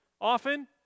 often